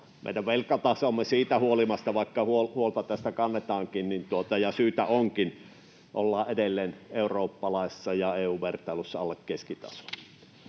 Meidän velkatasomme siitä huolimatta, että huolta tästä kannetaankin, ja syytä onkin, on edelleen eurooppalaisessa ja EU-vertailussa alle keskitason.